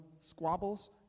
squabbles